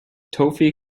toffee